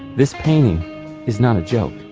this painting is not a joke.